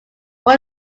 all